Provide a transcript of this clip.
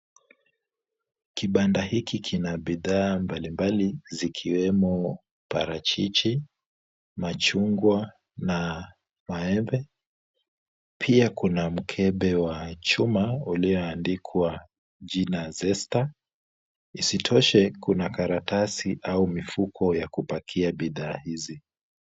Kibanda hiki kina bidhaa mbali mbali zikiwemo parachichi, machungwa na maembe. Pia kuna mkebe wa chuma ulioandikwa jina zesta. Isitoshe, kuna karatasi au mifuko ya kupakia bidhaa hizi.